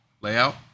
layout